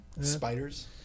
spiders